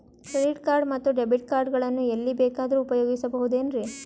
Credit card ಮತ್ತು debit card ಗಳನ್ನು ಎಲ್ಲಿ ಬೇಕಾದ್ರು ಉಪಯೋಗಿಸಬಹುದೇನ್ರಿ?